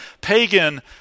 pagan